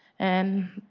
and,